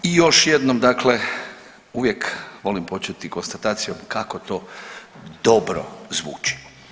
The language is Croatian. I još jednom dakle uvijek volim početi konstatacijom kako to dobro zvuči.